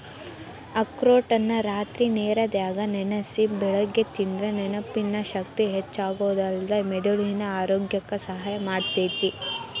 ಅಖ್ರೋಟನ್ನ ರಾತ್ರಿ ನೇರನ್ಯಾಗ ನೆನಸಿ ಬೆಳಿಗ್ಗೆ ತಿಂದ್ರ ನೆನಪಿನ ಶಕ್ತಿ ಹೆಚ್ಚಾಗೋದಲ್ದ ಮೆದುಳಿನ ಆರೋಗ್ಯಕ್ಕ ಸಹಾಯ ಮಾಡ್ತೇತಿ